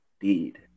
indeed